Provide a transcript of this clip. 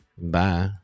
Bye